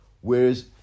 whereas